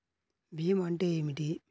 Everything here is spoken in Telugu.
భీమా అంటే ఏమిటి?